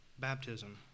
baptism